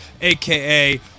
aka